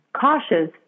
cautious